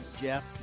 Jeff